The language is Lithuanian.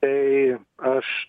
tai aš